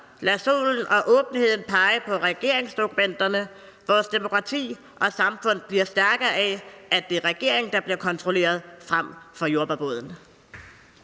lad solen og åbenheden pege på regeringsdokumenterne, for vores demokrati og samfund bliver stærkere af, at det er regeringen, der bliver kontrolleret, frem for jordbærboderne.